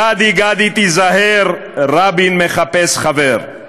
"גדי גדי תיזהר, רבין מחפש חבר".